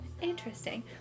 Interesting